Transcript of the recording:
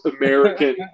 American